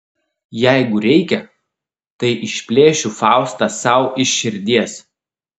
jeigu reikia tai išplėšiu faustą sau iš širdies